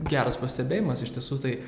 geras pastebėjimas iš tiesų tai